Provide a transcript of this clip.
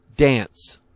dance